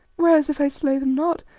whereas if i slay them not,